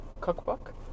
cookbook